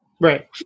Right